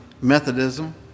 Methodism